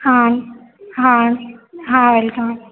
हां हां हां वेलकम